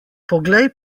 poglej